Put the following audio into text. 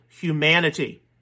humanity